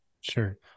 Sure